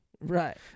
right